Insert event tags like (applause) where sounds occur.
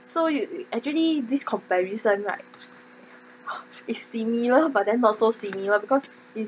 so you actually this comparison right (laughs) is similar but then not so similar because in